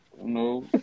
No